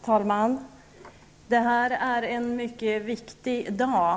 Herr talman! Det här är en mycket viktig dag.